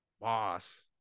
boss –